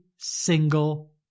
Single